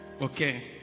Okay